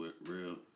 Real